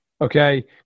okay